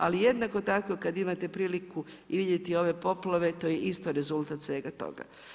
Ali jednako tako kada imate priliku i vidjeti ove poplave, to je isto rezultat svega toga.